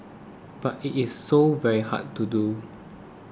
but it is so very hard to do